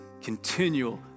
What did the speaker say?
continual